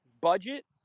budget